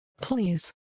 Please